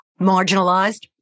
Marginalized